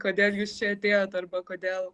kodėl jūs čia atėjot arba kodėl